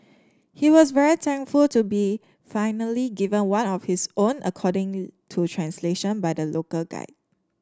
he was very thankful to be finally given one of his own according to translation by the local guide